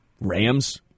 Rams